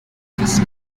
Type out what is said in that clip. was